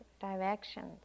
directions